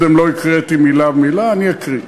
קודם לא הקראתי מילה במילה, אני אקריא: